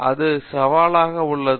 இது சவாலாக உள்ளது